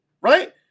Right